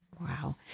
Wow